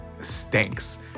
stinks